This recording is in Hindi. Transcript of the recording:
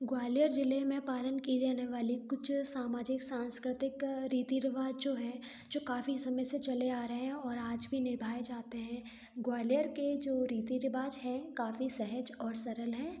ग्वालियर जिले में पालन की जाने वाली कुछ सामाजिक सांस्कृतिक रीति रिवाज जो हैं जो काफी समय से चले आ रहे हैं और आज भी निभाए जाते हैं ग्वालियर के जो रीति रिवाज हैं काफी सहज और सरल हैं